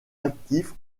actif